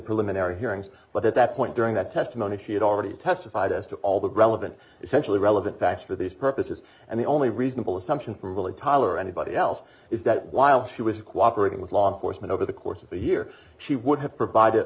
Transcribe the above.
preliminary hearings but at that point during that testimony she had already testified as to all the relevant essentially relevant facts for these purposes and the only reasonable assumption really tyler anybody else is that while she was cooperating with law enforcement over the course of a year she would have provided